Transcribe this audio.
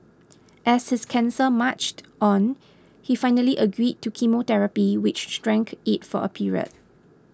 as his cancer marched on he finally agreed to chemotherapy which shrank it for a period